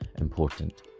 important